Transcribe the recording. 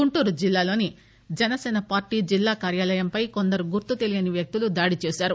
గుంటూరు జిల్లాలోని జనసేన పార్టీ జిల్లా కార్యాలయముపై కొందరు గుర్తు తెలియని వ్యక్తులు దాడి చేశారు